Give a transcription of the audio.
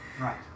Right